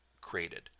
created